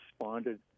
responded